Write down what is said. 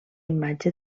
imatge